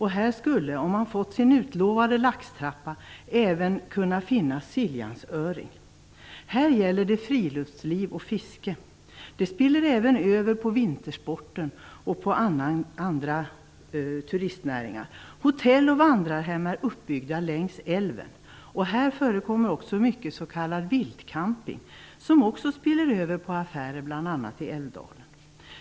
Här skulle, om man fått sin utlovade laxtrappa, även kunnat finnas Siljansöring. Här gäller det friluftsliv och fiske. Det spiller även över på vintersporten och på andra turistnäringar. Hotell och vandrarhem är uppbyggda längs älven. Här förekommer också mycket s.k. vildcamping, som också spiller över på affärer bl.a. i Älvdalen.